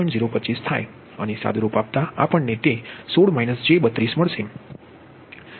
025 થાય જે આપણ ને 16 j32 મળશે